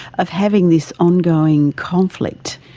of having this ongoing conflict?